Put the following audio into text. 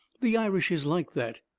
the irish is like that.